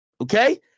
Okay